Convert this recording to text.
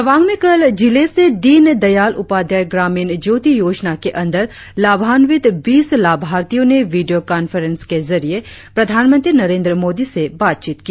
तवांग में कल जिले से दीन दयाल उपाध्याय ग्रामीण ज्योति योजना के अंदर लाभान्वित बीस लाभार्थियों ने विडियों कॉम्फरन्स के जरिए प्रधानमंत्री नरेंद्र मोदी से बातचीत की